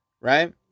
right